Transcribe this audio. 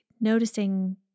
noticing